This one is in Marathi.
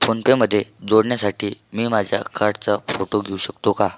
फोनपेमध्ये जोडण्यासाठी मी माझ्या खार्टचा फोटो घेऊ शकतो का